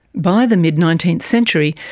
by the mid nineteenth century,